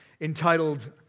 entitled